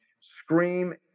scream